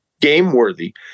game-worthy